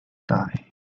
die